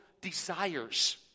desires